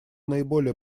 наиболее